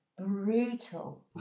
brutal